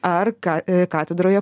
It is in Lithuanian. ar ką katedroje